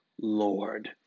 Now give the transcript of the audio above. Lord